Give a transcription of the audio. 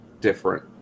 different